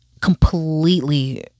completely